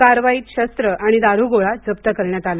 कारवाईत शस्त्रं आणि दारुगोळा जप्त करण्यात आला